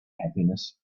happiness